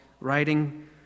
writing